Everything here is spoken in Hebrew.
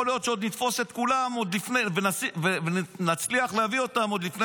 יכול להיות שעוד נתפוס את כולם ונצליח להביא אותם עוד לפני